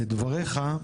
דבריך,